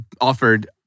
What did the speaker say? offered